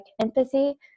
empathy